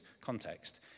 context